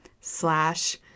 slash